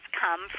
come